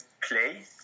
play